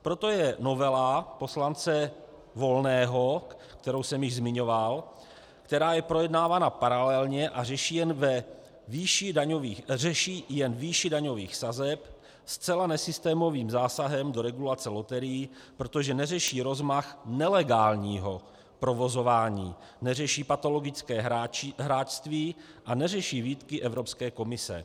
Proto je novela poslance Volného, kterou jsem již zmiňoval, která je projednávána paralelně a řeší jen výši daňových sazeb, zcela nesystémovým zásahem do regulace loterií, protože neřeší rozmach nelegálního provozování, neřeší patologické hráčství a neřeší výtky Evropské komise.